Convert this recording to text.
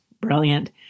brilliant